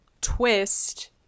twist